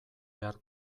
behar